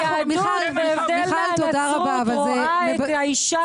היהדות, בהבדל מהנצרות, רואה את האישה לפני הכול.